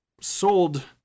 sold